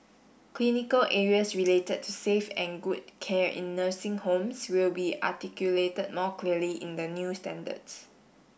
clinical areas related to safe and good care in nursing homes will be articulated more clearly in the new standards